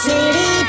City